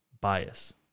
bias